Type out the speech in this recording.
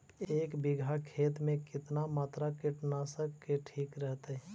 एक बीघा खेत में कितना मात्रा कीटनाशक के ठिक रहतय?